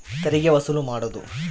ತೆರಿಗೆ ವಸೂಲು ಮಾಡೋದು